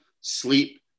sleep